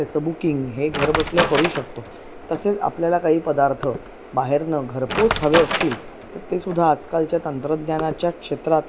त्याचं बुकिंग हे घरबसल्या करू शकतो तसेच आपल्याला काही पदार्थ बाहेरुन घरपोहोच हवे असतील तर ते सुद्धा आजकालच्या तंत्रज्ञानाच्या क्षेत्रात